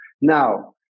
Now